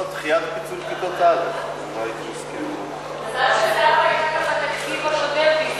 אמרת דחיית פיצול כיתות א' מזל שזהבה הייתה גם בתקציב הקודם והיא זוכרת,